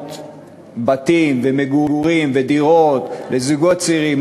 לבנות בתים ומגורים ודירות לזוגות צעירים,